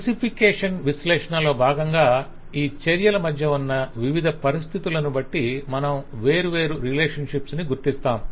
specification విశ్లేషణలో బాగంగా ఈ చర్యల మధ్య ఉన్న వివిధ పరిస్థితులను బట్టి మనం వేర్వేరు రిలేషన్షిప్స్ ని గుర్తిస్తాం